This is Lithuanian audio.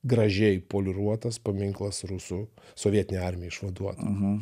gražiai poliruotas paminklas rusų sovietinei armijai išvaduotojai